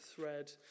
thread